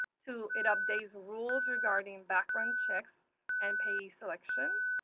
two, it updates rules regarding background checks and payee selection.